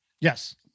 Yes